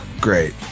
Great